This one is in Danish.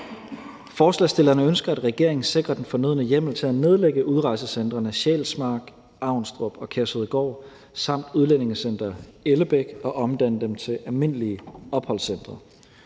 Forslagsstillerne ønsker, at regeringen sikrer den fornødne hjemmel til at nedlægge udrejsecentrene Sjælsmark, Avnstrup og Kærshovedgård samt Udlændingecenter Ellebæk og omdanne dem til almindelige opholdscentre.